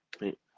Right